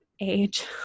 age